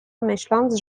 myśląc